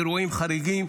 אירועים חריגים,